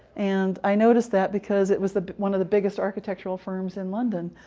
and i noticed that, because it was the one of the biggest architectural firms in london,